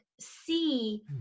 see